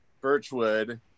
Birchwood